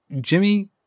Jimmy